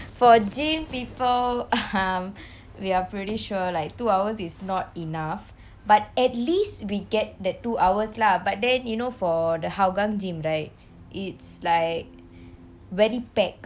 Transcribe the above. for gym people um we are pretty sure like two hours is not enough but at least we get that two hours lah but then you know for the hougang gym right it's like very packed